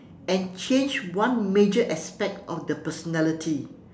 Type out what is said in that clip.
and change one major aspect of their personality